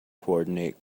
coordinate